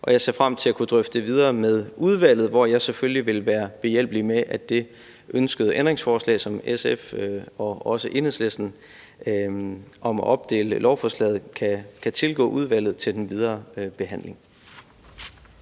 og jeg ser frem til at kunne drøfte videre med udvalget, hvor jeg selvfølgelig vil være behjælpelig med, at det ønskede ændringsforslag fra SF og Enhedslisten om at opdele lovforslaget kan tilgå udvalget til den videre behandling.